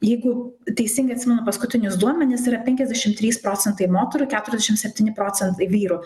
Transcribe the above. jeigu teisingai atsimenu paskutinius duomenis yra penkiasdešimt trys procentai moterų ir keturiasdešim septyni procentai vyrų